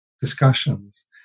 discussions